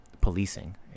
policing